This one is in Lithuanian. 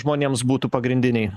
žmonėms būtų pagrindiniai